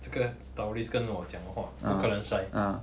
这个 stories 跟我讲话不可能 shy